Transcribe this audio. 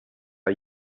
are